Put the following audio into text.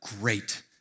great